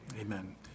Amen